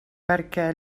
perquè